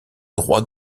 droit